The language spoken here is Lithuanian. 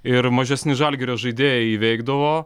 ir mažesni žalgirio žaidėjai įveikdavo